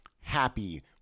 Happy